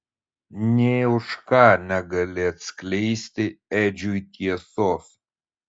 nė už ką negali atskleisti edžiui tiesos